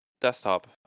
desktop